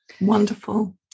Wonderful